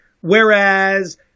Whereas